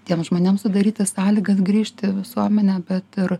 tiem žmonėm sudaryti sąlygas grįžti į visuomenę bet ir